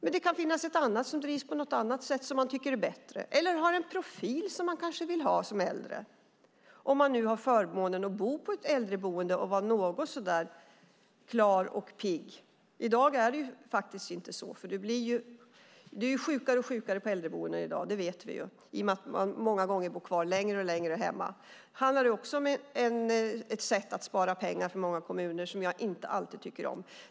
Det kan dock finnas ett annat som drivs på ett annat sätt som man tycker är bättre, eller som har en profil som man kanske vill ha som äldre. Detta gäller om man nu har förmånen att bo på ett äldreboende och vara något så när klar och pigg. I dag är det faktiskt inte så, för människor är sjukare och sjukare på äldreboenden i dag. Det vet vi. Det beror på att man många gånger bor kvar längre och längre hemma. Det handlar också om ett sätt att spara pengar i många kommuner som jag inte alltid tycker om.